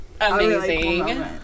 amazing